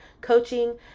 coaching